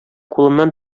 кулымнан